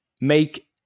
make